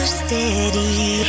steady